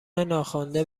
ناخوانده